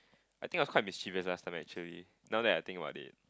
I think I quite mischievous last time actually now that I think about it